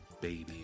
baby